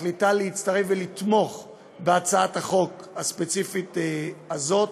מחליטה להצטרף ולתמוך בהצעת החוק הספציפית הזאת.